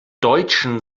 deutschen